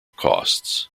costs